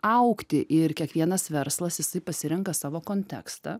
augti ir kiekvienas verslas jisai pasirenka savo kontekstą